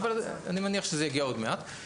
אבל אני מניח שזה יגיע עוד מעט.